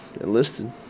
enlisted